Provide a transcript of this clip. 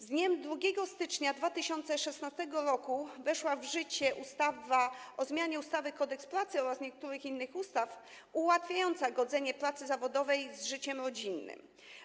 Z dniem 2 stycznia 2016 r. weszła w życie ustawa o zmianie ustawy Kodeks pracy oraz niektórych innych ustaw ułatwiająca godzenie pracy zawodowej z życiem rodzinnym.